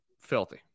filthy